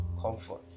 comfort